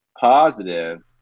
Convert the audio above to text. positive